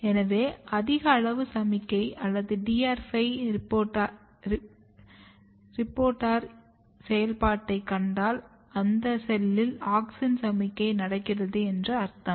எனவே அதிக அளவு சமிக்ஞை அல்லது DR 5 ரிப்போர்ட்டர் செயல்பாட்டை கண்டால் அந்த செல்லில் ஆக்ஸின் சமிக்ஞை நடக்கிறது என்று அர்த்தம்